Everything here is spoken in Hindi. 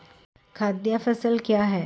खाद्य फसल क्या है?